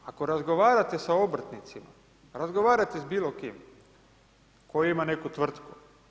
Ako razgovarate sa obrtnicima, razgovarajte sa bilo kim koji ima neku tvrtku.